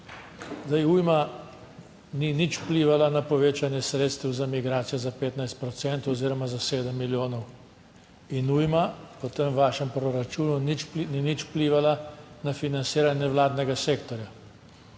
Zdaj, ujma ni nič vplivala na povečanje sredstev za migracije za 15 procentov oziroma za sedem milijonov in ujma po tem vašem proračunu ni nič vplivala na financiranje nevladnega sektorja,